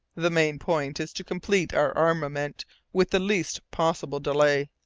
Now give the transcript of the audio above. the main point is to complete our armament with the least possible delay.